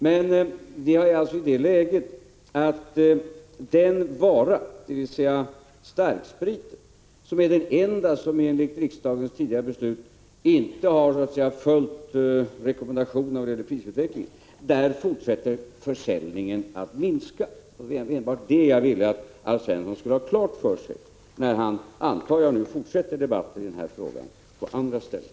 Men för den vara, nämligen starkspriten, som är den enda som enligt riksdagens tidigare beslut så att säga inte har följt rekommendationen när det gäller prisutvecklingen, fortsätter försäljningen att minska. Det är enbart detta jag ville att Alf Svensson skulle ha klart för sig när han, antar jag, nu fortsätter debatten i den här frågan på andra ställen.